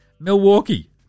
Milwaukee